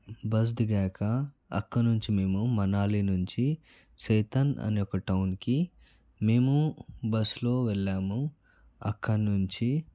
bus దిగాక అక్కడి నుంచి మేము మనాలి నుంచి సేతన్ అనే ఒక టౌన్కి మేము బస్సులో వెళ్ళాము అక్కడ నుంచి